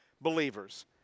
believers